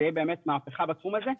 זו באמת תהיה מהפכה בתחום הזה.